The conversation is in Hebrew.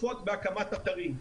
שקופות בהקמת אתרים.